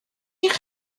eich